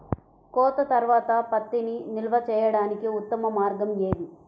కోత తర్వాత పత్తిని నిల్వ చేయడానికి ఉత్తమ మార్గం ఏది?